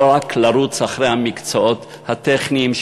לא רק לרוץ אחרי המקצועות הטכניים,